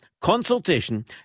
Consultation